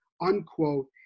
unquote